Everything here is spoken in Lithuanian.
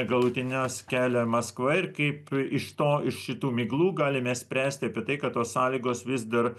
galutines kelia maskva ir kaip iš to iš šitų miglų galime spręsti apie tai kad tos sąlygos vis dar